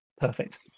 Perfect